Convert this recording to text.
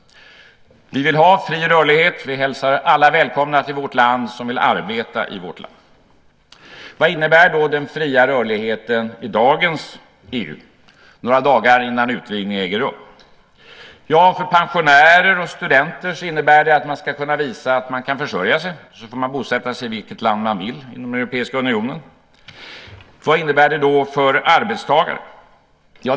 Vi vill ha fri rörlighet. Vi hälsar alla välkomna till vårt land som vill arbeta i vårt land. Vad innebär då den fria rörligheten i dagens EU några dagar innan utvidgningen äger rum? För pensionärer och studenter innebär det att man ska kunna visa att man kan försörja sig. Sedan får man bosätta sig i vilket land man vill inom Europeiska unionen. Vad innebär det då för arbetstagare?